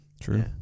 True